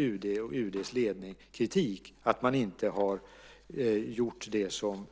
UD och UD:s ledning förtjänar kritik för att man inte har gjort det som